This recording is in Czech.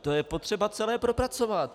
To je potřeba celé propracovat!